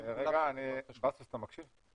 רגע, אתה מקשיב?